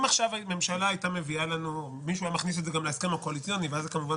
אם מישהו היה מכניס את זה להסכם הקואליציוני אז כמובן